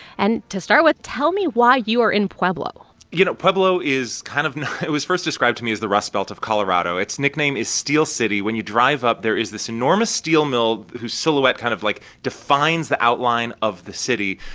and to start with, tell me why you are in pueblo you know, pueblo is kind of it was first described to me as the rust belt of colorado. its nickname is steel city. when you drive up, there is this enormous steel mill whose silhouette kind of, like, defines the outline of the city.